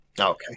Okay